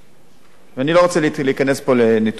ואני לא רוצה להיכנס פה לניתוחים אקדמיים,